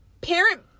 parent